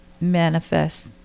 manifest